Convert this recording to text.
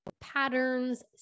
patterns